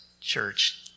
church